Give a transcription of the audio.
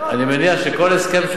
לא קיבלו את ההסכם,